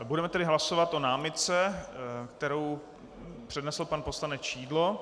Budeme tedy hlasovat o námitce, kterou přednesl pan poslanec Šidlo.